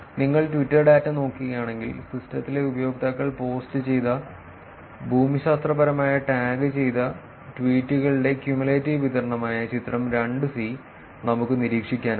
നിങ്ങൾ Twitter data നോക്കുകയാണെങ്കിൽ സിസ്റ്റത്തിലെ ഉപയോക്താക്കൾ പോസ്റ്റുചെയ്ത ഭൂമിശാസ്ത്രപരമായി ടാഗുചെയ്ത ട്വീറ്റുകളുടെ ക്യുമുലേറ്റീവ് വിതരണമായ ചിത്രം 2 സി നമുക്ക് നിരീക്ഷിക്കാനാകും